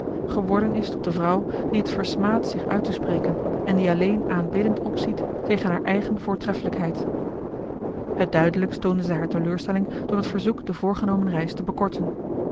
geworden is tot de vrouw die t versmaadt zich uit te spreken en die alleen aanbiddend opziet tegen haar eigen voortreffelijkheid het duidelijkst toonde zij haar teleurstelling door het verzoek de voorgenomen reis te bekorten